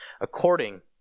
according